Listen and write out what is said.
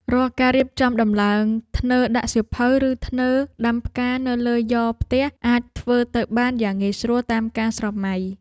រាល់ការរៀបចំដំឡើងធ្នើរដាក់សៀវភៅឬធ្នើរដាំផ្កានៅលើយ៉រផ្ទះអាចធ្វើទៅបានយ៉ាងងាយស្រួលតាមការស្រមៃ។